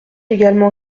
également